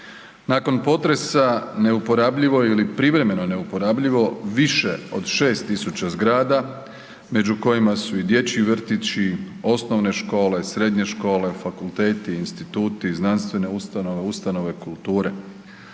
Nakon potresa neuporabljivo ili privremeno neuporabljivo više od 6.000 zgrada među kojima su i dječji vrtići, osnovne škole, srednje škole, fakulteti, instituti, znanstvene ustanove, ustanove kulture.